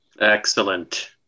excellent